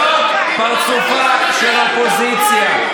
זה פרצופה של האופוזיציה.